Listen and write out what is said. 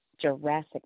Jurassic